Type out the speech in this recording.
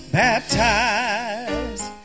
baptized